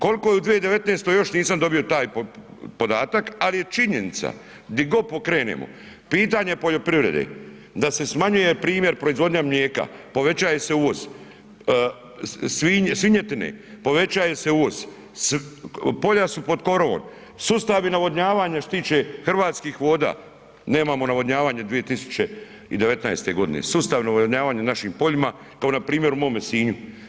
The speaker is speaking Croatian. Koliko je u 2019. još nisam dobio taj podatak, ali je činjenica di god pokrenemo pitanje poljoprivrede da se smanjuje primjer proizvodnja mlijeka, povećaje se uvoz svinjetine, povećava se uvoz, polja su po korovom, sustavi navodnjavanja što se tiče hrvatskih voda nemamo navodnjavanje 2019. godine, sustav navodnjavanja na našim poljima kao npr. u mome Sinju.